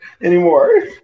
anymore